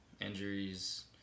Injuries